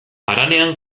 haranean